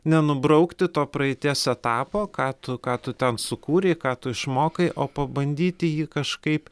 nenubraukti to praeities etapo ką tu ką tu ten sukūrei ką tu išmokai o pabandyti jį kažkaip